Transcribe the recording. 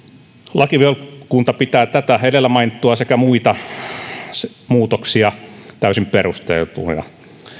lakivaliokunta pitää tätä edellä mainittua sekä muita muutoksia täysin perusteltuina